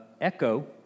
echo